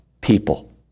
people